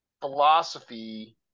philosophy